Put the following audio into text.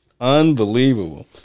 unbelievable